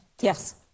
yes